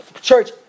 Church